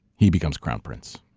he becomes crown prince.